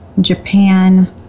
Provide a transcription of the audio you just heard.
Japan